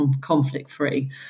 conflict-free